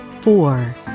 four